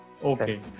Okay